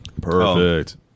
Perfect